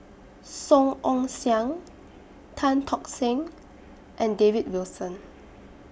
Song Ong Siang Tan Tock Seng and David Wilson